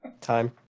Time